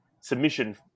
submission